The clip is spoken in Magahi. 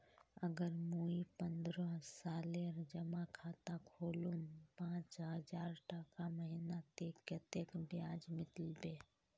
अगर मुई पन्द्रोह सालेर जमा खाता खोलूम पाँच हजारटका महीना ते कतेक ब्याज मिलबे?